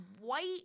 white